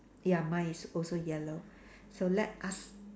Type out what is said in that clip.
ya mine is also yellow so let us